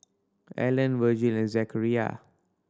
Allen Virgel and Zechariah